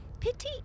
Pity